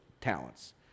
talents